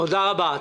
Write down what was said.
תודה רבה.